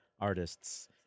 artists